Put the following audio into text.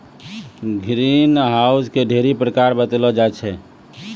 green house के ढ़ेरी प्रकार बतैलो जाय छै